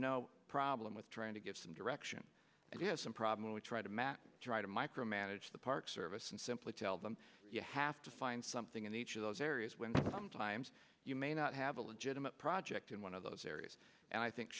no problem with trying to give some direction and you have some problem we try to match dry to micromanage the park service and simply tell them you have to find something in each of those areas when sometimes you may not have a legitimate project in one of those areas and i think